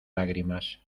lágrimas